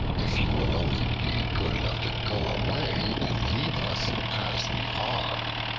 if you will only be good enough to go away, and leave us as we are.